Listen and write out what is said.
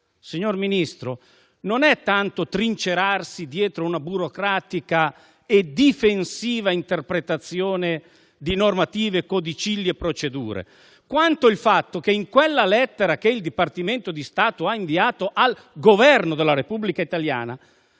signor Ministro, non è tanto trincerarsi dietro una burocratica e difensiva interpretazione di normative, codicilli e procedure, quanto il fatto che in quella lettera che il Dipartimento di Stato ha inviato al Governo della Repubblica italiana